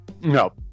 No